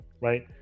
Right